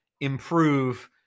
improve